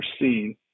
seen